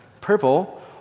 purple